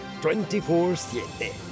24-7